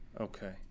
Okay